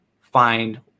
find